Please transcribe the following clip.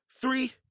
three